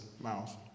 mouth